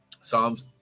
Psalms